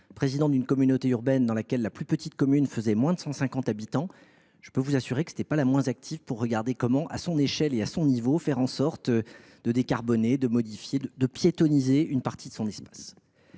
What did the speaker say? président d’une communauté urbaine dans laquelle la plus petite commune comptait moins de 150 habitants, je puis vous assurer que celle ci n’était pas la moins active pour voir comment, à son échelle et à son niveau, décarboner, modifier ou piétonniser une partie de son espace.